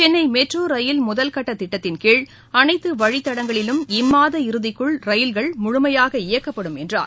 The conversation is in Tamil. சென்னை மெட்ரோ ரயில் முதற்கட்ட திட்டத்தின்கீழ் அனைத்து வழித்தடங்களிலும் இம்மாத இறுதிக்குள் ரயில்கள் முழுமையாக இயக்கப்படும் என்றார்